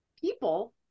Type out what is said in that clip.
people